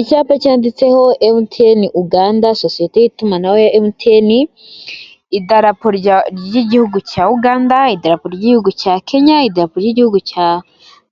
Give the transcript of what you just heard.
icyapa cyanditseho ''emutiyene Uganda'' sosiyete y'itumanaho ''emutiyene'' idarapo ry'igihugu cya Uganda, igihugu cya Kenya, idaku igihugu cya